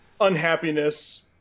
unhappiness